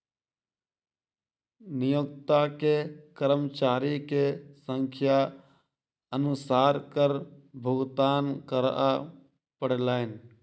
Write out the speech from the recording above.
नियोक्ता के कर्मचारी के संख्या अनुसार कर भुगतान करअ पड़लैन